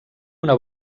una